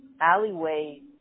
alleyway